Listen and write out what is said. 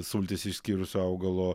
sultis išskyrusio augalo